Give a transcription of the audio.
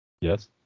Yes